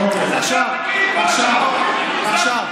אוקיי.